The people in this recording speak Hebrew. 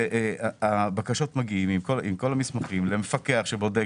הבקשות מגיעות עם כל המסמכים למפקח שבודק.